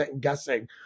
guessing